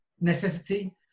necessity